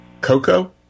Coco